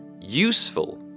useful